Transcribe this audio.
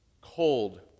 Cold